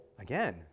again